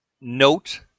note